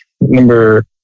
Number